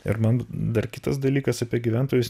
ir man dar kitas dalykas apie gyventojus